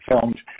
filmed